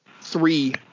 three